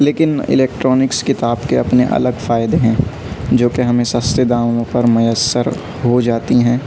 لیکن الیکٹرونکس کتاب کے اپنے الگ فائدے ہیں جوکہ ہمیں سستے داموں پر میسر ہو جاتی ہیں